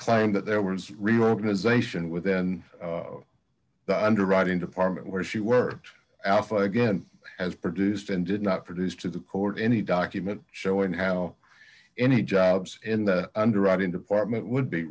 claim that there was reorganization with and underwriting department where she worked alf i guess has produced and did not produce to the court any document showing how any jobs in the underwriting department would be